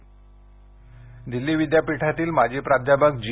साई बाबा दिल्ली विद्यापीठातील माजी प्राध्यापक जी